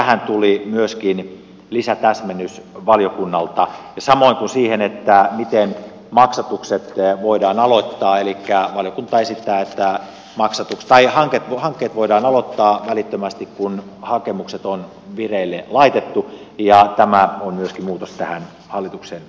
tähän tuli myöskin lisätäsmennys valiokunnalta samoin kuin siihen miten maksatukset voidaan aloittaa elikkä valiokunta esittää että hankkeet voidaan aloittaa välittömästi kun hakemukset on vireille laitettu ja tämä on myöskin muutos tähän hallituksen esitykseen